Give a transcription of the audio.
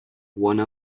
one